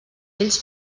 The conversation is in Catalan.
vells